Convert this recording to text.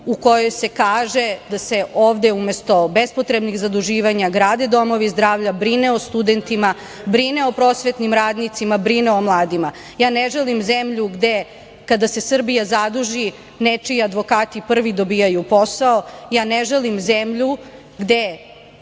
u kojoj se kaže da se ovde, umesto bespotrebnih zaduživanja, grade domovi zdravlja, brine o studentima, brine o prosvetnim radnicima, brine o mladima. Ne želim zemlju gde, kada se Srbija zaduži, nečiji advokati prvi dobijaju posao. Ja ne želim zemlju gde